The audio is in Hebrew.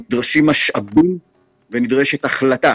נדרשים משאבים ונדרשת החלטה